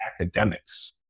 academics